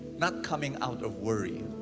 not coming out of worry.